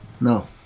No